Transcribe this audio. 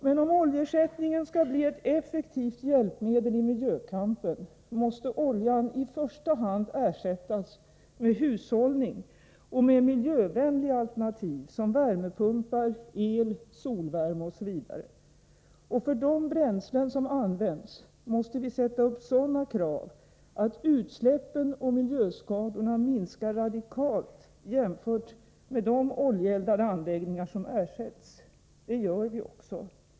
Men om oljeersättningen skall bli ett effektivt hjälpmedel i miljökampen måste oljan i första hand ersättas med hushållning och med miljövänliga alternativ som värmepumpar, el, solvärme osv. Och för de bränslen som används måste vi sätta upp sådana krav att utsläppen och miljöskadorna minskar radikalt jämfört med de oljeeldade anläggningar som ersätts. Det gör vi också.